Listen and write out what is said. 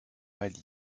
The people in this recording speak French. mali